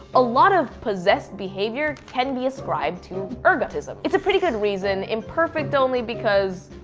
a lot of possessed behaviour can be ascribed to ergotism. it's a pretty good reason, imperfect only because,